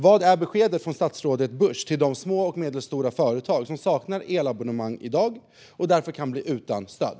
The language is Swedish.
Vad är beskedet från statsrådet Busch till de små och medelstora företag som saknar elabonnemang i dag och därför kan bli utan stöd?